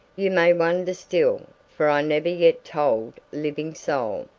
you may wonder still, for i never yet told living soul.